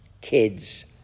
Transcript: kids